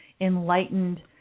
enlightened